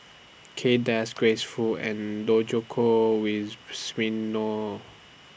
Kay Das Grace Fu and Djoko